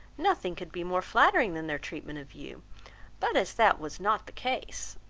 nothing could be more flattering than their treatment of you but as that was not the case